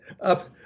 up